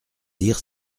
dire